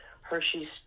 Hershey's